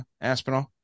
Aspinall